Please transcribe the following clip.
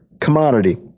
commodity